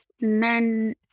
men